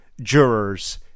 jurors